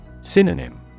Synonym